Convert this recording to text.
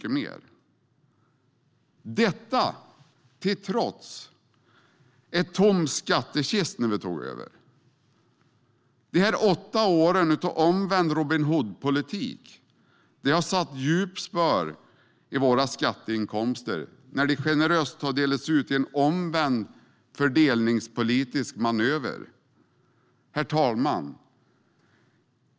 Så här är det trots att det var en tom skattkista när vi tog över. De åtta åren av omvänd Robin Hood-politik har satt djupa spår i våra skatteinkomster, då de generöst har delats ut i en omvänd fördelningspolitisk manöver. Herr talman!